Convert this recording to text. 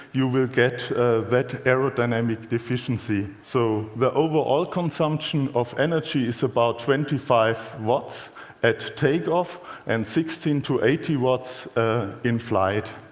you will get that aerodynamic efficiency. so the overall consumption of energy is about twenty five watts at takeoff and sixteen to eighteen watts in flight.